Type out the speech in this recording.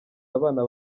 abana